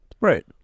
Right